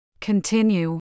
Continue